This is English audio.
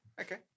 okay